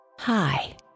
Hi